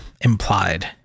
implied